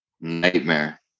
Nightmare